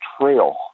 trail